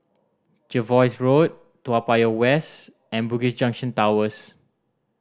Jervois Road Toa Payoh West and Bugis Junction Towers